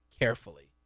carefully